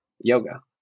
yoga